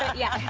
yeah. yeah.